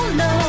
no